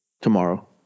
tomorrow